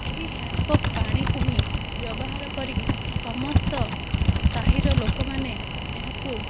ଏହି ହ୍ୟାଣ୍ଡପମ୍ପ ପାଣିକୁ ହିଁ ବ୍ୟବହାର କରିକି ସମସ୍ତ ସାହିର ଲୋକମାନେ ଏହାକୁ